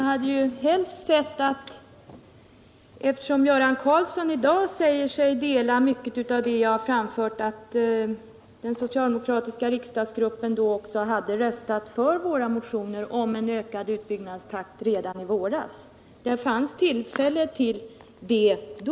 Herr talman! Eftersom Göran Karlsson i dag säger sig dela många av de synpunkter jag framförde, hade jag helst sett att den socialdemokratiska riksdagsgruppen röstat på våra motioner om en ökning av utbyggnadstakten redan i våras. Det fanns tillfälle redan då.